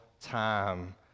time